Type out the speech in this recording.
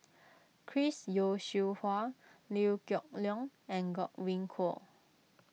Chris Yeo Siew Hua Liew Geok Leong and Godwin Koay